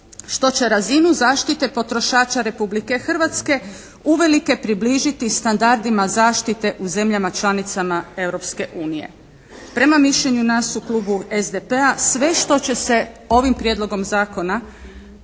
što će razinu zaštite potrošača Republike Hrvatske uvelike približiti standardima zaštite u zemljama, članicama Europske unije. Prema mišljenju nas u klubu SDP-a sve što će se ovim prijedlogom zakona,